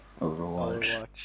Overwatch